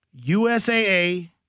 USAA